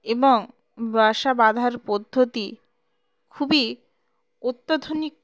এবং বাসা বাঁধার পদ্ধতি খুবই অত্যাধুনিক